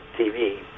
TV